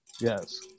yes